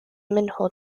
منه